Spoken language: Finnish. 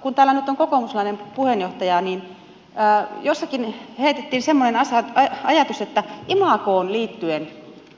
kun täällä nyt on kokoomuslainen puheenjohtaja niin sanonpa että jossakin heitettiin semmoinen ajatus että imagoon liittyen